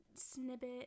snippet